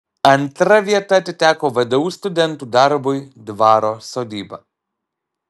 antra vieta atiteko vdu studentų darbui dvaro sodyba